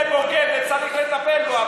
זה בוגד וצריך לטפל בו,